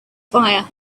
fire